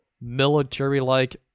military-like